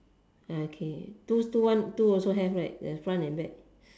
okay two one two also have right the front and back